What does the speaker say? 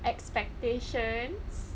expectations